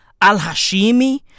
Al-Hashimi